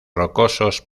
rocosos